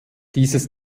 dieses